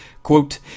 Quote